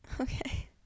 Okay